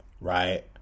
right